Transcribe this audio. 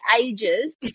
ages